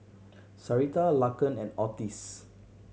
Sarita Laken and Ottis